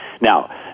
Now